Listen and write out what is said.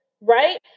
right